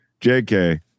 JK